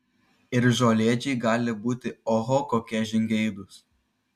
ir žolėdžiai gali būti oho kokie žingeidūs